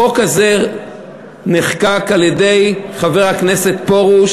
החוק הזה נחקק על-ידי חבר הכנסת פרוש